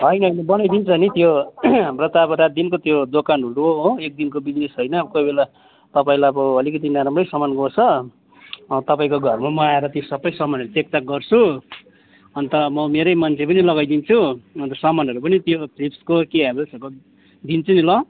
होइन होइन बनाइ दिन्छ नि त्यो हाम्रो त अब रात दिनको त्यो दोकानहरू हो एकदिनको बिजनेस होइन कोही बेला तपाईँलाई अब अलिकति नराम्रै गएछ तपाईँको घरमा म आएर त्यो सबै सामानहरू चेकचाक गर्छु अन्त म मेरै मान्छे पनि लगाइदिन्छु अन्त सामानहरू पनि त्यो फिलिप्सको कि हेवेल्सहर्को दिन्छु नि ल